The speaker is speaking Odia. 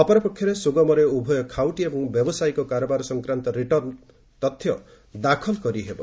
ଅପର ପକ୍ଷରେ ସୁଗମରେ ଉଭୟ ଖାଉଟି ଏବଂ ବ୍ୟବସାୟିକ କାରବାର ସଂକ୍ରାନ୍ତ ରିଟର୍ଣ୍ଣ ତଥ୍ୟ ଦାଖଲ କରିହେବ